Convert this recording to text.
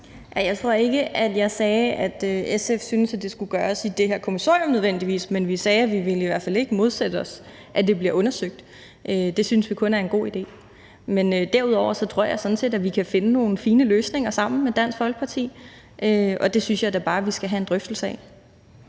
Jeg tror ikke, at jeg sagde, at SF synes, at det nødvendigvis skal gøres i det her kommissorium, men vi sagde, at vi i hvert fald ikke ville modsætte os, at det bliver undersøgt. Det synes vi kun er en god idé. Men derudover tror jeg sådan set, at vi kan finde nogle fine løsninger sammen med Dansk Folkeparti, og det synes jeg da bare vi skal have en drøftelse af.